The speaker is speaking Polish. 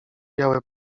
białe